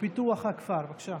ופיתוח הכפר, בבקשה.